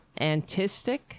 Antistic